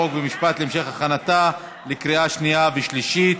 חוק ומשפט להמשך הכנתה לקריאה שנייה ושלישית.